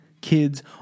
kids